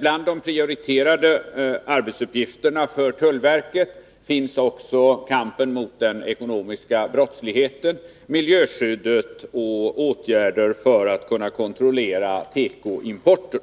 Bland de prioriterade arbetsuppgifterna för tullverket finns också kampen mot den ekonomiska brottsligheten, miljöskyddet och åtgärder för att kunna kontrollera tekoimporten.